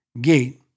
gate